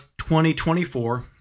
2024